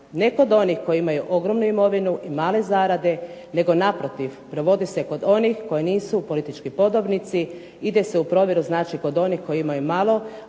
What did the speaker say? Ne kod onih koji imaju ogromnu imovinu i male zarade, nego naprotiv provodi se kod onih koji nisu politički podobnici. Ide se u provjeru kod onih koji imaju malo.